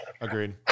agreed